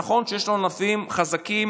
נכון שיש ענפים חזקים